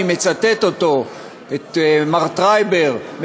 אני מצטט את מר טרייבר,